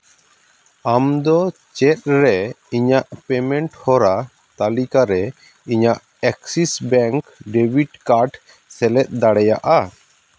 ᱟᱢ ᱫᱚ ᱪᱮᱫ ᱨᱮ ᱤᱧᱟᱹᱜ ᱯᱮᱢᱮᱱᱴ ᱦᱚᱨᱟ ᱛᱟᱹᱞᱤᱠᱟ ᱨᱮ ᱤᱧᱟᱹᱜ ᱮᱠᱥᱤᱥ ᱵᱮᱝᱠ ᱰᱤᱵᱤᱴ ᱠᱟᱨᱰ ᱥᱮᱞᱮᱫ ᱫᱟᱲᱮᱭᱟᱜᱼᱟ